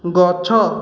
ଗଛ